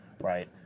right